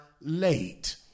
late